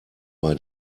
bei